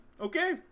okay